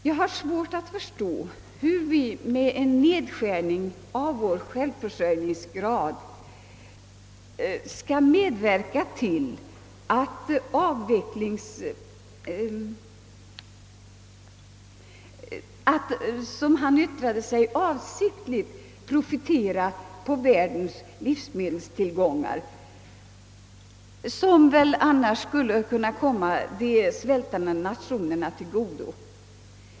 Jag har svårt att förstå hur vi med en nedskärning av vår självförsörjningsgrad skulle, som han uttryckte sig, »avsiktligt kommer att profitera» på världens livsmedelstillgångar, som annars skulle kunna komma de svältande nationerna till godo.